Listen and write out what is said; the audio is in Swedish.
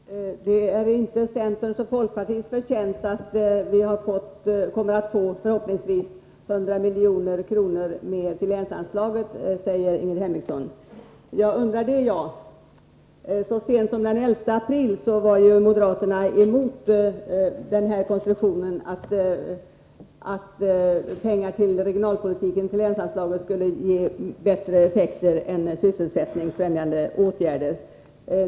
Fru talman! Ingrid Hemmingsson sade att det inte är centerns och folkpartiets förtjänst att länsanslaget förhoppningsvis kommer att höjas med 100 milj.kr. Jag undrar det jag. Så sent som den 11 april gick ju moderaterna emot tanken att högre länsanslag skulle ge bättre effekt än sysselsättningsfrämjande åtgärder.